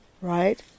Right